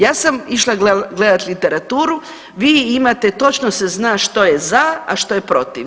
Ja sam išla gledati literaturu, vi imate točno se zna što je za, a što je protiv?